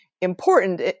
important